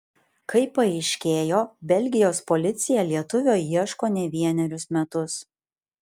kaip paaiškėjo belgijos policija lietuvio ieško ne vienerius metus